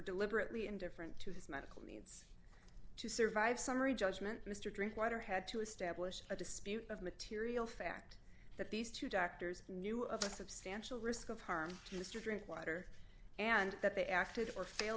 deliberately indifferent to his medical needs to survive summary judgment mr drinkwater had to establish a dispute of material fact that these two doctors knew of a substantial risk of harm to mr drinkwater and that they acted or fail